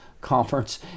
Conference